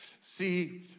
See